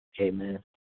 amen